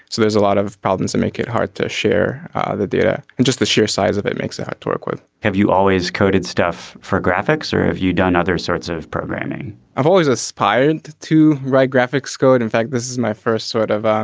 there's a lot of problems and make it hard to share the data. and just the sheer size of it makes it hard to work with have you always coded stuff for graphics or have you done other sorts of programming i've always aspired to write graphics code in fact this is my first sort of and